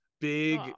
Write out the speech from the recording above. Big